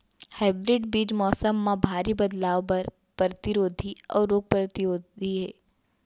hybrid बीज मौसम मा भारी बदलाव बर परतिरोधी अऊ रोग परतिरोधी हे